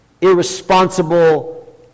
irresponsible